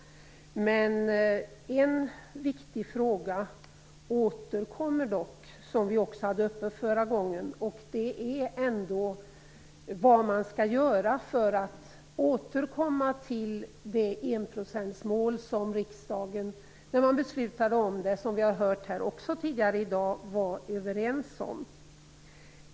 En viktig fråga återkommer dock som vi också hade uppe förra gången, och det är vad man skall göra för att återkomma till det enprocentsmål som riksdagen beslutade om och var överens om.